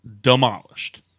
demolished